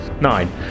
Nine